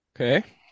Okay